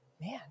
man